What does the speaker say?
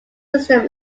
system